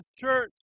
church